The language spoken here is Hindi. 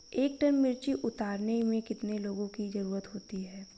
एक टन मिर्ची उतारने में कितने लोगों की ज़रुरत होती है?